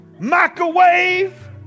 microwave